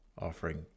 offering